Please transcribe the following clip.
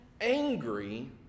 angry